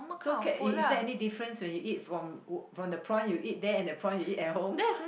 so can is is there any difference when you eat from from the prawn you eat there and the prawn you eat at home